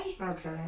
okay